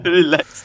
relax